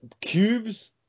cubes